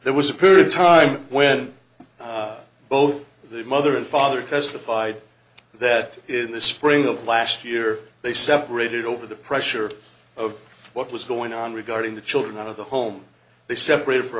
there was a period of time when both the mother and father testified that in the spring of last year they separated over the pressure of what was going on regarding the children out of the home they separated for